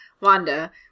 Wanda